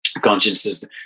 consciences